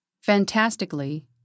Fantastically